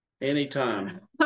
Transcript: Anytime